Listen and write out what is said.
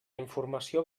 informació